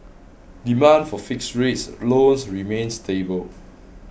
demand for fixed rate loans remains stable